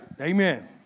Amen